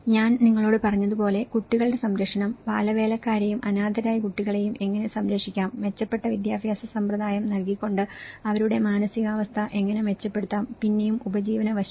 ഞാൻ നിങ്ങളോട് പറഞ്ഞതുപോലെ കുട്ടികളുടെ സംരക്ഷണം ബാലവേലക്കാരെയും അനാഥരായ കുട്ടികളെയും എങ്ങനെ സംരക്ഷിക്കാം മെച്ചപ്പെട്ട വിദ്യാഭ്യാസ സമ്പ്രദായം നൽകിക്കൊണ്ട് അവരുടെ മാനസികാവസ്ഥ എങ്ങനെ മെച്ചപ്പെടുത്താം പിന്നെയും ഉപജീവന വശം